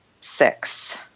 six